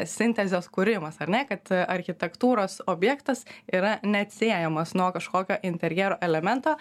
sintezės kūrimas ar ne kad architektūros objektas yra neatsiejamas nuo kažkokio interjero elemento